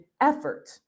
effort